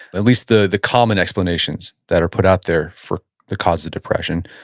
at least the the common explanations that are put out there for the causes of depression.